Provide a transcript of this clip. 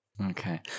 Okay